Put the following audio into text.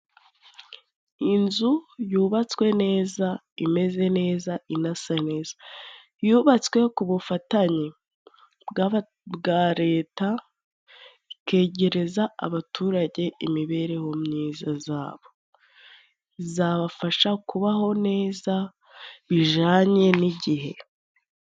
Inzu yubatswe neza, imeze neza ,inasa neza yubatswe ku bufatanye bwa leta, ikegereza abaturage imibereho myiza zabo, izabafasha kubaho neza bijanye n'igihe.